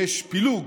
יש פילוג